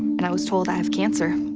and i was told i have cancer.